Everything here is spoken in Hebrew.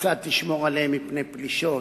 כיצד תשמור עליהם מפני פלישות,